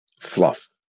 fluff